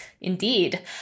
Indeed